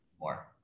More